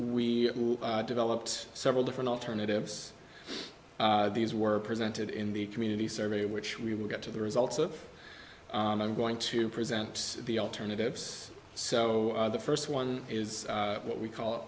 we developed several different alternatives these were presented in the community survey which we will get to the results of i'm going to present the alternatives so the first one is what we call